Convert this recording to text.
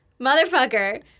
motherfucker